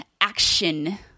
action